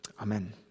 Amen